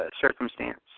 circumstance